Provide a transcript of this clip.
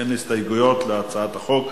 אין הסתייגויות להצעת החוק.